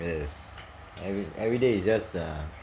best every~ everyday just err